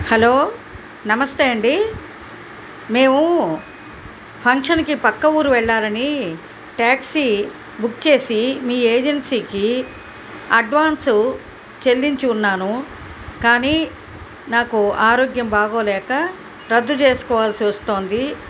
hello నమస్తే అండి మేము ఫంక్షన్కి పక్క ఊరు వెళ్ళాలని టాక్సీ బుక్ చేసి మీ ఏజెన్సీకి అడ్వాన్సు చెల్లించి ఉన్నాను కానీ నాకు ఆరోగ్యం బాగాలేక రద్దు చేసుకోవాల్సి వస్తోంది